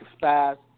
fast